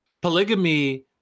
Polygamy